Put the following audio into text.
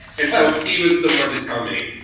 and so, he was the one to tell me.